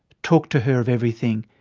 talk to her of everything,